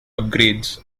upgrades